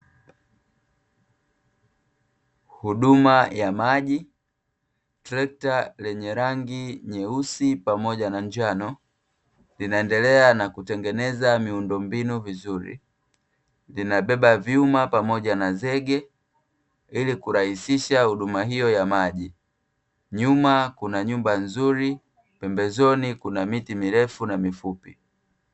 Huduma ya maji, trekta lenye rangi nyeusi pamoja na njano linaendelea na kutengeneza miundombinu vizuri, linabeba vyuma pamoja na zege ili kurahisisha huduma hiyo ya maji, nyuma kuna nyumba nzuri, pembezoni kuna miti mirefu na mifupi.